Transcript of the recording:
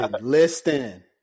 listen